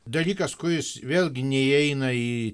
dalykas kuris vėlgi neįeina į